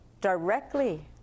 directly